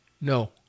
No